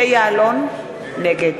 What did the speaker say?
בעד